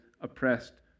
oppressed